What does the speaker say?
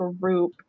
group